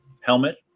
helmet